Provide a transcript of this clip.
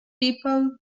people